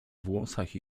włosach